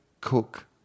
cook